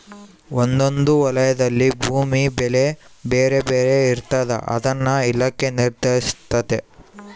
ಒಂದೊಂದು ವಲಯದಲ್ಲಿ ಭೂಮಿ ಬೆಲೆ ಬೇರೆ ಬೇರೆ ಇರ್ತಾದ ಅದನ್ನ ಇಲಾಖೆ ನಿರ್ಧರಿಸ್ತತೆ